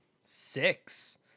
Six